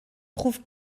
trouve